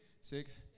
six